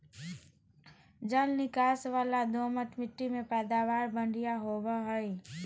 जल निकास वला दोमट मिट्टी में पैदावार बढ़िया होवई हई